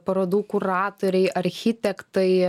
parodų kuratoriai architektai